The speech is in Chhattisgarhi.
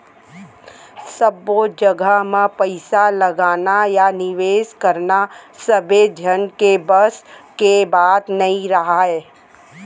सब्बे जघा म पइसा लगाना या निवेस करना सबे झन के बस के बात नइ राहय